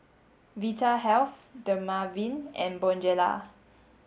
Vitahealth Dermaveen and Bonjela